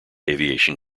aviation